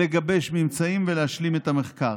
לגבש ממצאים ולהשלים את המחקר.